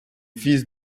fils